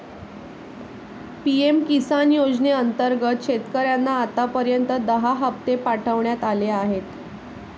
PM Kisan योजनेअंतर्गत शेतकऱ्यांना आतापर्यंत दहा हप्ते पाठवण्यात आले आहेत